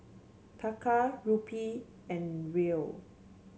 Taka Rupee and Riel